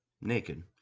naked